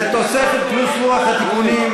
לתוספת פלוס לוח התיקונים,